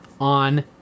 on